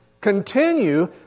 continue